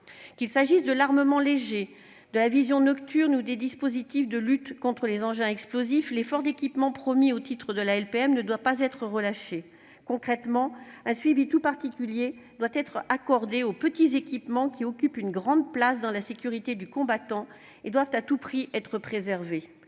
Qu'il s'agisse de l'armement léger, de la vision nocturne ou des dispositifs de lutte contre les engins explosifs, l'effort d'équipement promis au titre de la LPM ne doit pas être relâché. Concrètement, un suivi tout particulier doit être accordé aux petits équipements, qui occupent une grande place dans la sécurité du combattant et doivent être préservés